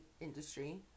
industry